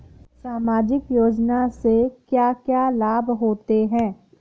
सामाजिक योजना से क्या क्या लाभ होते हैं?